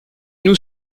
nous